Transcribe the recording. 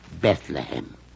Bethlehem